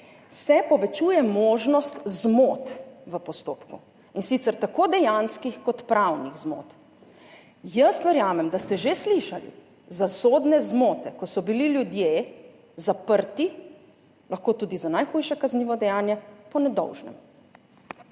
povečuje možnost zmot v postopku, in sicer tako dejanskih kot pravnih zmot. Verjamem, da ste že slišali za sodne zmote, ko so bili ljudje zaprti, lahko tudi za najhujša kazniva dejanja, po nedolžnem.